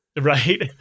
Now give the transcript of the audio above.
right